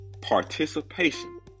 participation